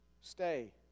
Stay